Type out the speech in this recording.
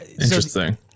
Interesting